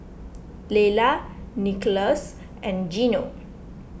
Laylah Nicklaus and Geno